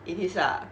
it is ah